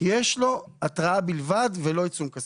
יש לו התראה בלבד ולא עיצום כספי.